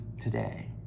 today